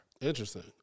Interesting